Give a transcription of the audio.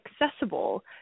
accessible